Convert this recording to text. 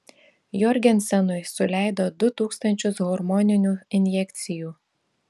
jorgensenui suleido du tūkstančius hormoninių injekcijų